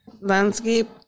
Landscape